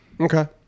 Okay